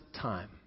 time